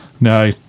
No